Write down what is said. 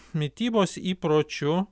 mitybos įpročių